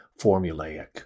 formulaic